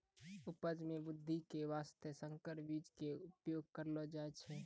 उपज मॅ वृद्धि के वास्तॅ संकर बीज के उपयोग करलो जाय छै